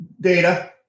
data